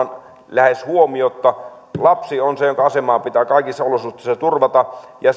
lähes huomiotta lapsi on se jonka asema pitää kaikissa olosuhteissa turvata ja